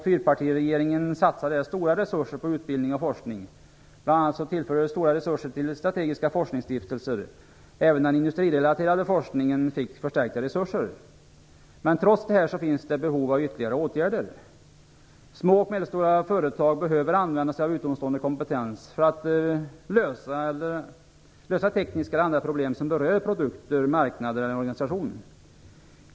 Fyrpartiregeringen satsade stora resurser på utbildning och forskning. Bl.a. tillfördes stora resurser till strategiska forskningsstiftelser. Även den industrirelaterade forskningen fick förstärkta resurser. Men trots detta finns det behov av ytterligare åtgärder. Små och medelstora företag behöver använda sig av utomstående kompetens för att lösa tekniska eller andra problem som berör produkter, marknader eller organisationen.